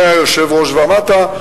מהיושב-ראש ומטה.